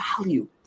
value